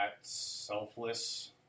selfless